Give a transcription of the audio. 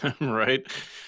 Right